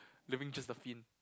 leaving just the fin